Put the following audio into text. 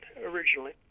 originally